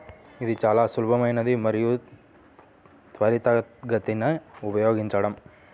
ఇది చాలా సులభమైనది మరియు త్వరితగతిన ఉపయోగించడం